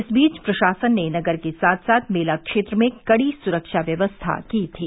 इस बीच प्रशासन ने नगर के साथ साथ मेला क्षेत्र में कड़ी सुरक्षा व्यवस्था की थी